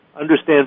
understand